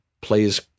plays